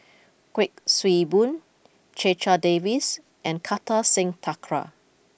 Kuik Swee Boon Checha Davies and Kartar Singh Thakral